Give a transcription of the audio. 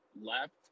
left